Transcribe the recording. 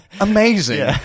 amazing